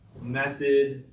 method